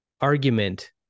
argument